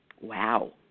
Wow